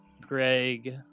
greg